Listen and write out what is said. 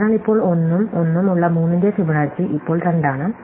അതിനാൽ ഇപ്പോൾ 1 ഉം 1 ഉം ഉള്ള 3 ന്റെ ഫിബൊനാച്ചി ഇപ്പോൾ 2 ആണ്